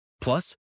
Plus